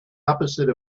opposite